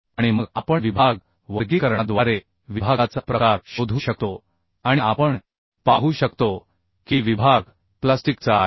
आणि मग आपण विभाग वर्गीकरणाद्वारे विभागाचा प्रकार शोधू शकतो आणि आपण पाहू शकतो की विभाग प्लास्टिकचा आहे